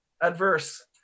adverse